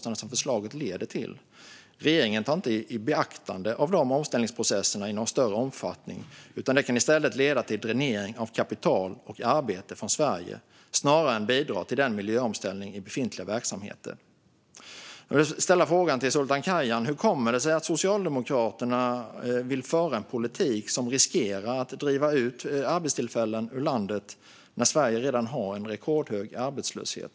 Varken effektiviseringsåtgärder eller byte av bränslen kan kompensera för den ökade skattekostnad som detta förslag leder till, vilket kan leda till dränering av kapital och arbete från Sverige snarare än bidra till miljöomställning i befintliga verksamheter. Jag vill ställa frågan till Sultan Kayhan hur det kommer sig att Socialdemokraterna vill föra en politik som riskerar att driva ut arbetstillfällen ur landet när Sverige redan har rekordhög arbetslöshet.